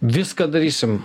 viską darysim